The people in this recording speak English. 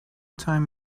time